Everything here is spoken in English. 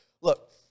look